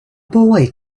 boy